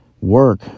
work